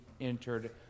entered